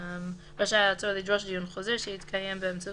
רשאי העצור לדרוש דיון חוזר שיתקיים באמצעות